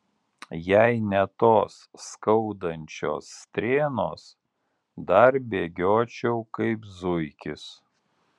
jei ne tos skaudančios strėnos dar bėgiočiau kaip zuikis